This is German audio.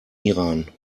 iran